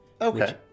Okay